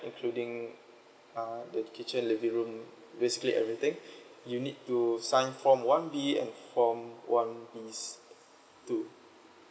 including uh the kitchen living room basically everything you need to sign form one B and form one B C too